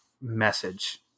message